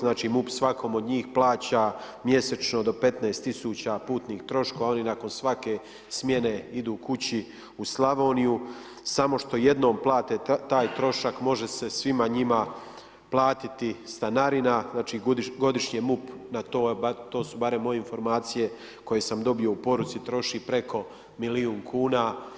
Znači, MUP svakom od njih plaća mjesečno do 15 tisuća putnih troškova, a oni nakon svake smjene idu kući u Slavoniju, samo što jednom plate taj trošak, može se svima njima platiti stanarina, znači godišnje na to, to su barem moje informacije koje sam dobio u poruci, troši preko milijun kuna.